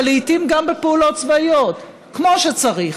ולעיתים גם בפעולות צבאיות כמו שצריך,